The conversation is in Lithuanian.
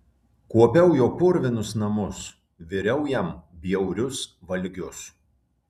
kuopiau jo purvinus namus viriau jam bjaurius valgius